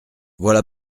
voilà